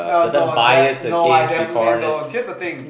err no that no I definitely don't here's the thing